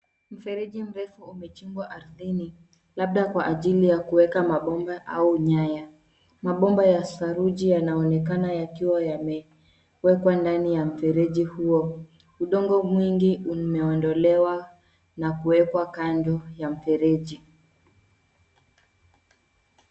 Mfereji mrefu umechimbwa ardhini, labda kwa ajili ya kuweka mabomba au nyaya. Mabomba ya saruji yanaonekana yakiwa yamewekwa ndani ya mfereji huo. Udongo mwingi umeondolewa na kuwekwa kando ya mfereji.